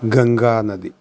ഗംഗാനദി